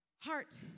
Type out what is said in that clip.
Heart